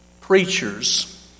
Preachers